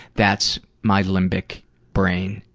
that's my limbic brain,